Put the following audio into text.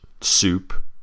Soup